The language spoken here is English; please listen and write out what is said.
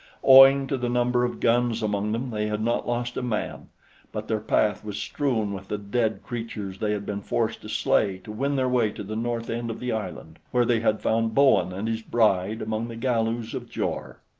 owing to the number of guns among them, they had not lost a man but their path was strewn with the dead creatures they had been forced to slay to win their way to the north end of the island, where they had found bowen and his bride among the galus of jor.